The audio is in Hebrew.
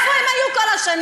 איפה הם היו כל השנים?